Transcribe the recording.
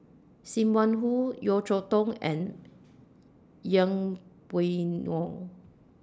SIM Wong Hoo Yeo Cheow Tong and Yeng Pway Ngon